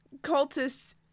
cultist